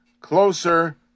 closer